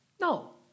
No